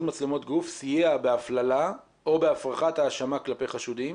מצלמות גוף סייע בהפללה או בהפרכת האשמה כלפי חשודים,